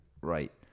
Right